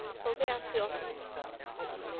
ᱤᱱᱟᱹᱜ ᱠᱚᱜᱮ ᱟᱨ ᱠᱤ ᱚᱥᱩᱵᱤᱫᱟ ᱫᱚ